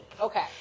Okay